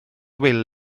wil